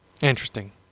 Interesting